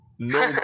no